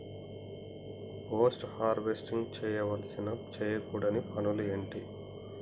Post harvesting చేయవలసిన చేయకూడని పనులు ఏంటి?